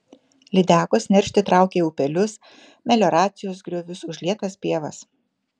lydekos neršti traukia į upelius melioracijos griovius užlietas pievas